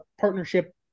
partnership